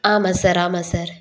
ஆமாம் சார் ஆமாம் சார்